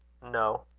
no.